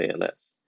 ALS